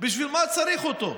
בשביל מה צריך אותו?